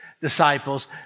disciples